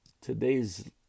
today's